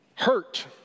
hurt